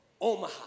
Omaha